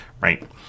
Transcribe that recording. right